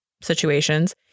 situations